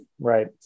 right